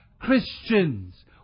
Christians